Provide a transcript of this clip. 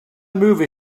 movie